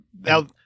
Now